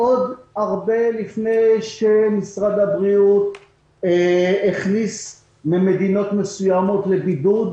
עוד הרבה לפני שמשרד הבריאות הכניס ממדינות מסוימות לבידוד,